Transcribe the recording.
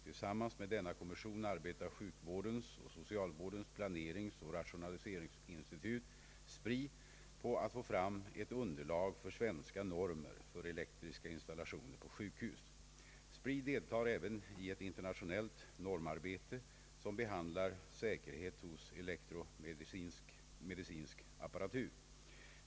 Tillsammans med denna kommission arbetar sjukvårdens och socialvårdens planeringsoch rationaliseringsinstitut — SPRI — på att få fram ett underlag för svenska normer för elektriska installationer på sjukhus. SPRI deltar även i ett internationellt normarbete, som behandlar säkerhet hos elektro-medicinsk apparatur.